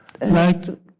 Right